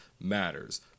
matters